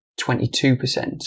22%